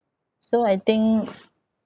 so I think